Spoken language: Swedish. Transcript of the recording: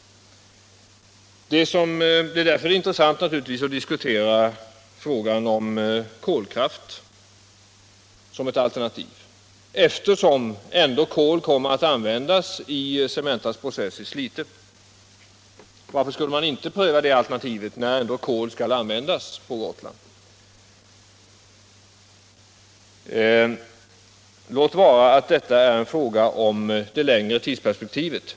Därför är det naturligtvis intressant att diskutera frågan om kolkraft som ett alternativ, eftersom ändå kol kommer att användas i Cementas processer i Slite. Varför skulle man inte pröva det alternativet, när kol ändå skall användas på Gotland? Låt vara att detta är en fråga om det längre tidsperspektivet.